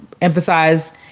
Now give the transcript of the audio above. emphasize